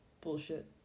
bullshit